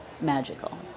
magical